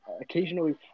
occasionally